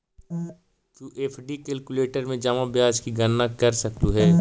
तु FD calculator में जमा ब्याज की गणना कर सकलू हे